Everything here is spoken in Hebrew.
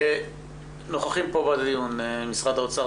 נוכחים פה בדיון משרד האוצר,